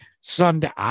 Sunday